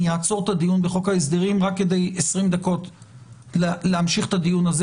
אני אעצור את הדיון בחוק ההסדרים כדי להמשיך את הדיון הזה.